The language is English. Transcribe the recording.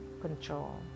control